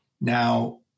Now